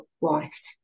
wife